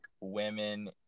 women